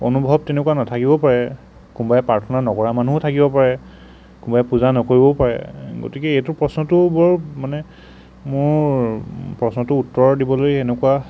অনুভৱ তেনেকুৱা নাথাকিবও পাৰে কোনোবাই প্ৰাৰ্থনা নকৰা মানুহো থাকিব পাৰে কোনোবাই পূজা নকৰিবও পাৰে গতিকে এইটো প্ৰশ্নটো বৰ মানে মোৰ প্ৰশ্নটো উত্তৰ দিবলৈ এনেকুৱা